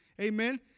amen